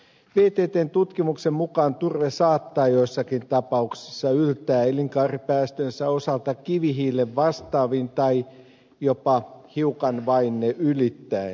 vttn tutkimuksen mukaan turve saattaa joissakin tapauksissa yltää elinkaaripäästöjensä osalta kivihiilen vastaaviin lukemiin tai jopa vain hiukan ne ylittäen